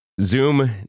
Zoom